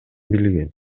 билген